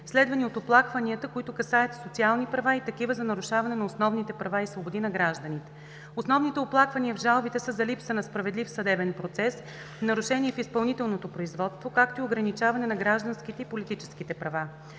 следвани от оплакванията, които касаят социални права, и такива за нарушаване на основните права и свободи на гражданите. Основните оплаквания в жалбите са за липса на справедлив съдебен процес, нарушения в изпълнителното производство, както и ограничаване на гражданските и политическите права.